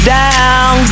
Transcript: down